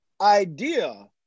idea